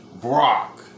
Brock